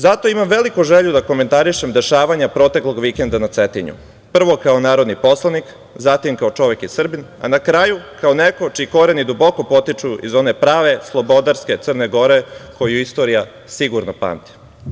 Zato imam veliku želju da komentarišem dešavanja proteklog vikenda na Cetinju, prvo kao narodni poslanik, zatim, kao čovek i Srbin, a na kraju, kao neko čiji koreni duboko potiču iz one prave slobodarske Crne Gore koju istorija sigurno pamti.